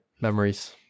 memories